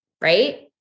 right